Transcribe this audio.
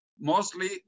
mostly